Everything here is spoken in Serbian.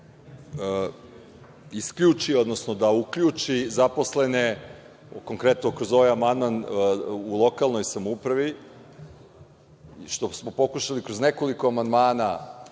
isključi, odnosno da uključi zaposlene konkretno kroz ovaj amandman u lokalnoj samoupravi, što smo pokušali kroz nekoliko amandmana